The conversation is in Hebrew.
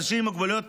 אנשים עם מוגבלויות,